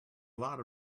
lot